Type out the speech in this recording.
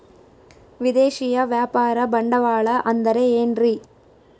ವಿದೇಶಿಯ ವ್ಯಾಪಾರ ಬಂಡವಾಳ ಅಂದರೆ ಏನ್ರಿ?